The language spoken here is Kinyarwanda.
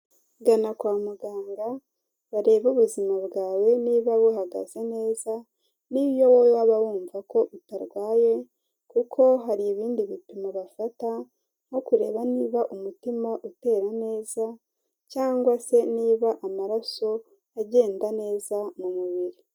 Gana kwa muganga barebabe ubuzima bwawe niba buhagaze neza, niyo wowe waba wumva ko utarwaye, kuko hari ibindi bipimo bafata nko kureba niba umutima utera neza, cyangwa se niba amaraso agenda neza mu mubiri.